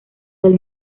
del